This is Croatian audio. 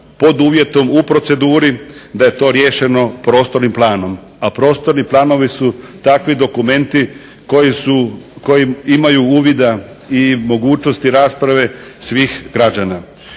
pod uvjetom u proceduri da je to riješeno prostornim planom, a prostorni planovi su takvi dokumenti koji imaju uvida i mogućnosti rasprave svih građana.